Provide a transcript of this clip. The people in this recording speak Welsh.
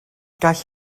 gall